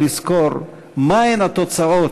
לזכור מה הן התוצאות,